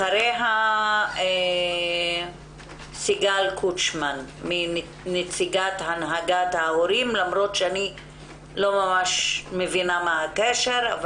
אחריהם סיגל קוצ'מן נציגת הנהגת ההורים למרות שאני לא מבינה מה הקשר.